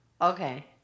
Okay